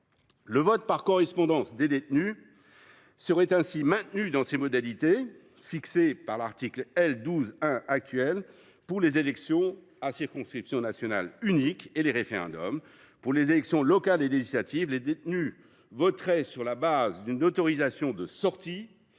Le vote par correspondance des détenus serait ainsi maintenu dans ses modalités fixées par l’article L. 12 1 du code électoral pour les élections à circonscription nationale unique et les référendums. Pour les élections locales et législatives, les détenus pourraient voter par procuration ou en